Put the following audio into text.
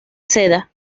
seda